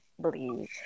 believe